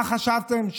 מה חשבתם,